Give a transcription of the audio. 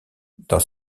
dans